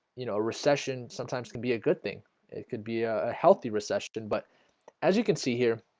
you know a recession sometimes can be a good thing it could be ah a healthy recession, but as you can see here?